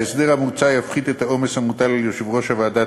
ההסדר המוצע יפחית את העומס המוטל על יושב-ראש ועדת